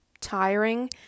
tiring